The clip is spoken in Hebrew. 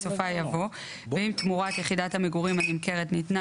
בסופה יבוא "ואם תמורת יחידת המגורים הנמכרת ניתנה